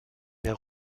der